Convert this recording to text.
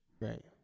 Right